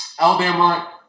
Alabama